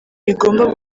bigomba